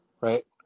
right